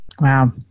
Wow